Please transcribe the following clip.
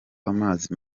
amazi